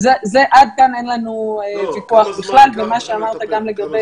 עד כאן אין לנו ויכוח בכלל ומה שאמרת גם לגבי